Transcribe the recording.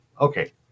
okay